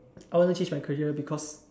I want to change my career because